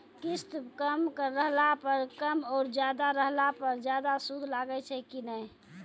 किस्त कम रहला पर कम और ज्यादा रहला पर ज्यादा सूद लागै छै कि नैय?